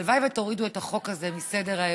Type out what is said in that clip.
הלוואי שתורידו את החוק הזה מסדר-היום.